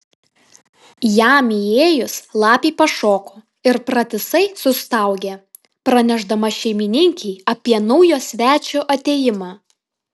jam įėjus lapė pašoko ir pratisai sustaugė pranešdama šeimininkei apie naujo svečio atėjimą